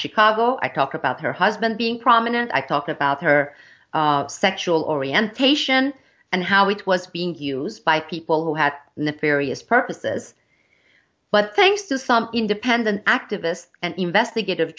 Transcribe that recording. chicago i talk about her husband being prominent i talked about her sexual orientation and how it was being used by people who had the periods purposes but thanks to some independent activist and investigative